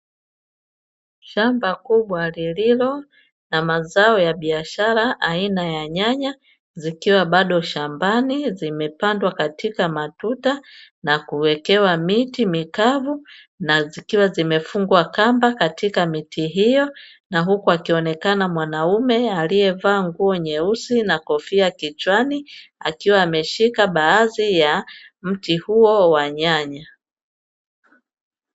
Shamba kubwa lililo na mazao ya biashara aina ya nyanya, zikiwa bado shambani ,zimepandwa katika matuta na kuwekewa miti mikavu na zikiwa zimefungwa kamba katika miti hiyo, na huku akionekana mwanaume aliyevaa nguo nyeusi na kofia kichwani, akiwa ameshika baadhi ya mti huo wa nyanya.